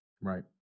Right